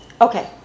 Okay